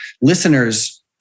listeners